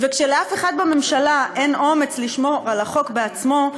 וכשלאף אחד בממשלה אין אומץ לשמור על החוק בעצמו,